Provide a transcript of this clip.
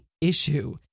issue